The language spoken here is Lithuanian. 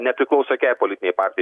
nepriklauso jokiai politinei partijai